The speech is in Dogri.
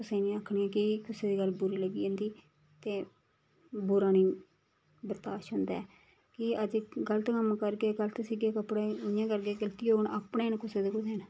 कुसै नी आखनी कि कुसै दी गल्ल बुरी लग्गी जंदी ते बुरा नी बरदाशत होंदा ऐ की के अज्ज गलत कम्म करगे गलत सीगे कपड़े इ'यां करगे गलती होन ना अपने न कुसै दे थोह्ड़े न